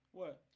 what?